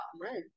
Right